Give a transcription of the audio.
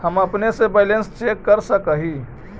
हम अपने से बैलेंस चेक कर सक हिए?